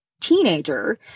teenager